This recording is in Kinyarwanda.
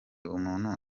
umuntu